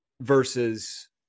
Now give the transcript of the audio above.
versus